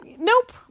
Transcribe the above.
nope